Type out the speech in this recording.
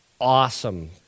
Awesome